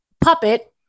puppet